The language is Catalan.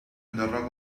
enderroca